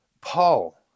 Paul